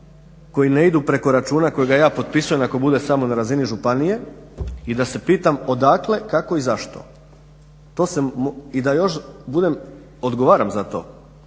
koji ne idu preko računa kojega ja potpisujem ako bude samo na razini županije i da se pitam odakle, kako i zašto i da još odgovaram za to.